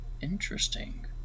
Interesting